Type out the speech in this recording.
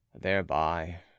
thereby